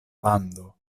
lando